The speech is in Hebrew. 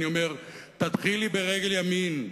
אני אומר: תתחילי ברגל ימין.